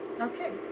Okay